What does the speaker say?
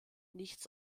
nichts